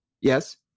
Yes